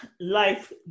life